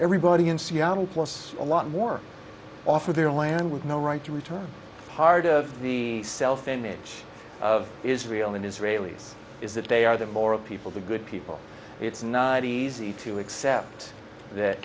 everybody in seattle plus a lot more off of their land with no right to return part of the self image of israel and israelis is that they are the moral people the good people it's not easy to accept that